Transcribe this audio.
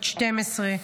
בת 12,